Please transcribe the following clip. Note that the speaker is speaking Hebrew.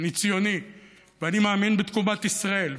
אני ציוני ואני מאמין בתקומת ישראל,